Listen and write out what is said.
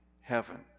heaven